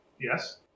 yes